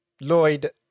Lloyd